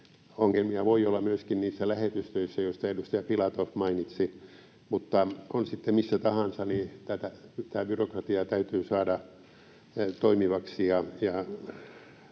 Ongelmia voi olla myöskin niissä lähetystöissä, joista edustaja Filatov mainitsi. Mutta on sitten missä tahansa, niin tämä byrokratia täytyy saada toimivaksi.